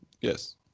Yes